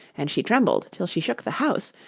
and she trembled till she shook the house,